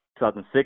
2006